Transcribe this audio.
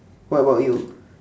what about you